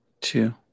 Two